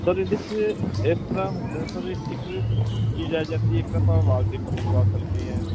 sir ਇਹਦੇ 'ਚ ਇਸ ਤਰ੍ਹਾਂ ਹੁੰਦਾ ਸਰ ਇੱਕ ਚੀਜ਼ ਆ ਜਾਂਦੀ ਇੱਕ ਆਪਾਂ ਵਾਲਪੇਪਰ ਲਗਵਾ ਸਕਦੇ ਹਾਂ